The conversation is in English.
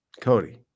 Cody